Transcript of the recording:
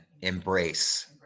embrace